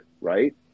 right